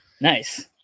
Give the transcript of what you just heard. Nice